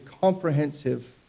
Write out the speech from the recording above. comprehensive